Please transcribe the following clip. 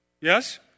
Yes